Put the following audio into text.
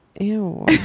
ew